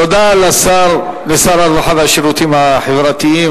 תודה לשר הרווחה והשירותים החברתיים,